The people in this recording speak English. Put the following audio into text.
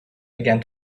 began